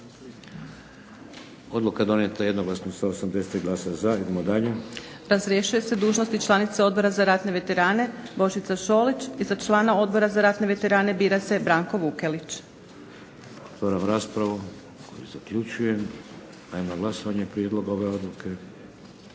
**Majdenić, Nevenka (HDZ)** Razrješuje se dužnosti članica Odbora za ratne veterane Božica Šolić i za člana Odbora za ratne veterane bira se Branko Vukelić. **Šeks, Vladimir (HDZ)** Otvaram raspravu koju zaključujem. Dajem na glasovanje prijedlog ove odluke.